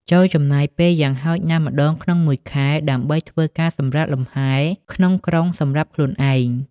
ចូរចំណាយពេលយ៉ាងហោចណាស់ម្តងក្នុងមួយខែ ដើម្បីធ្វើការសម្រាកលំហែ ក្នុងក្រុងសម្រាប់ខ្លួនឯង។